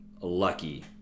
lucky